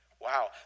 Wow